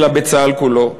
אלא בצה"ל כולו.